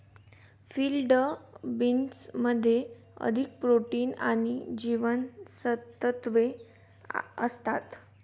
field बीन्समध्ये अधिक protein आणि जीवनसत्त्वे असतात